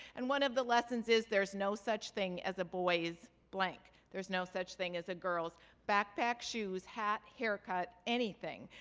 and one of the lessons is there's no such thing as a boy's blank. there's no such thing as a girl's backpack, shoes, hat, haircut, anything.